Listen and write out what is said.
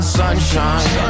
sunshine